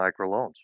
microloans